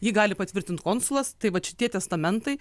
jį gali patvirtint konsulas tai vat šitie testamentai